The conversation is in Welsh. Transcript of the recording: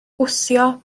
wthio